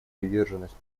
приверженность